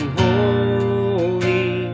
holy